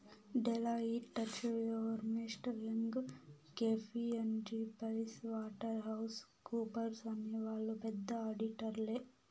Deloitte, Touche Ernst, Young KPMG Price Waterhouse కూపర్స్అనే వాళ్ళు పెద్ద ఆడిటర్లే